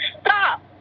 Stop